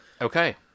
Okay